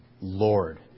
Lord